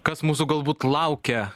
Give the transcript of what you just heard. kas mūsų galbūt laukia